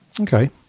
okay